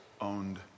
owned